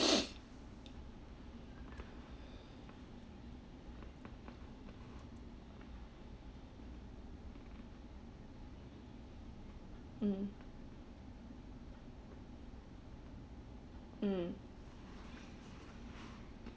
mm mm